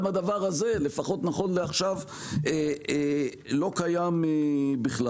גם הדבר הזה, לפחות נכון לעכשיו, לא קיים בכלל.